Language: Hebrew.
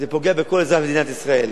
זה פוגע בכל אזרח במדינת ישראל,